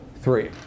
Three